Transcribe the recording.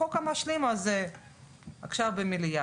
החוק המשלים הזה עכשיו במליאה,